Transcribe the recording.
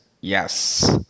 Yes